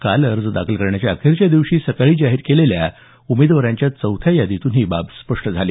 काल अर्ज दाखल करण्याच्या अखेरच्या दिवशी सकाळी जाहीर केलेल्या उमेदवारांच्या चौथ्या यादीतून ही बाब स्पष्ट झाली